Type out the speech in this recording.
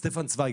סטפן צוויג,